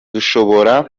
dushobora